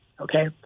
Okay